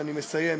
אני מסיים,